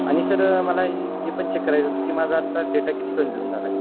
आणि सर मला हे हे पण चेक करायचं होतं की माझा आता डेटा किती कन्झ्युम झाला आहे